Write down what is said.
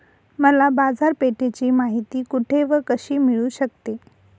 मला बाजारपेठेची माहिती कुठे व कशी मिळू शकते?